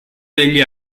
degli